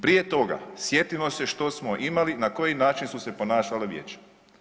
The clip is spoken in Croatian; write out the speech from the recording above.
Prije toga, sjetimo se što smo imali, na koji način su se ponašala vijeća.